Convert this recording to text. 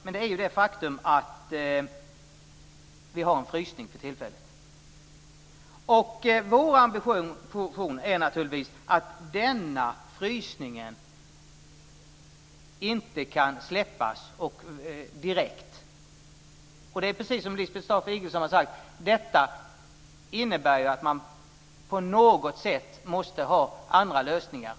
Jag avser då det faktum att vi för tillfället har en frysning. Vår ambition är självfallet att denna frysning inte kan släppas direkt. Det är precis som Lisbeth Staaf-Igelström har sagt, att detta innebär att man på något sätt måste ha andra lösningar.